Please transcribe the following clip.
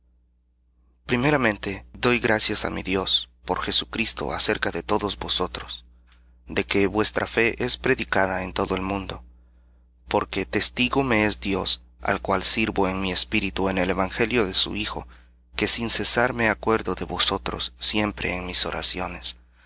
primeramente doy gracias á mi dios por jesucristo acerca de todos vosotros de que vuestra fe es predicada en todo el mundo porque testigo me es dios al cual sirvo en mi espíritu en el evangelio de su hijo que sin cesar me acuerdo de vosotros siempre en mis oraciones